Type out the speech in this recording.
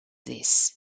this